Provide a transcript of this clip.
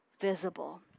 visible